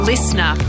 Listener